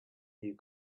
new